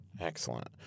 Excellent